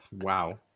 Wow